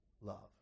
love